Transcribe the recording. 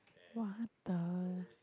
what the